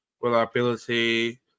Reliability